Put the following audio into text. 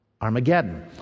Armageddon